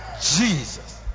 Jesus